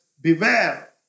beware